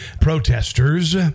protesters